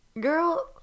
Girl